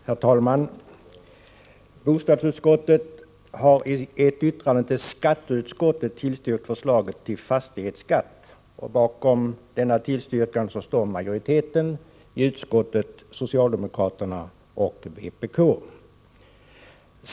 Herr talman! Bostadsutskottet har i ett yttrande till skatteutskottet tillstyrkt förslaget till fastighetsskatt. Bakom denna tillstyrkan står majoriteten i utskottet, socialdemokraterna och vpk.